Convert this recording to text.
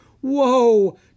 Whoa